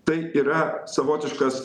tai yra savotiškas